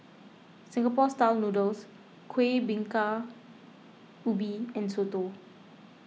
Singapore Style Noodles Kuih Bingka Ubi and Soto